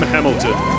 Hamilton